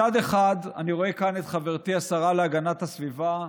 מצד אחד אני רואה כאן את חברתי השרה להגנת הסביבה,